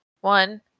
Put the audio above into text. one